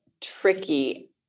tricky